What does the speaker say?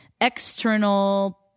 external